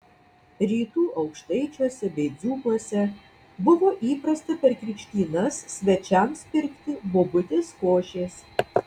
rytų aukštaičiuose bei dzūkuose buvo įprasta per krikštynas svečiams pirkti bobutės košės